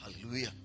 Hallelujah